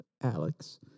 Alex